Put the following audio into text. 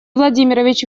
владимирович